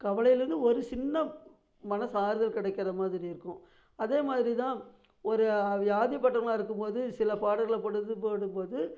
கவலைலிருந்து ஒரு சின்ன மனது ஆறுதல் கிடைக்கிறமாதிரி இருக்கும் அதேமாதிரிதான் ஒரு வியாதிப்பட்டவங்களா இருக்கும்போது சில பாடல்களை கொண்டாந்து போடும்போது